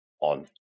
on